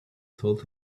told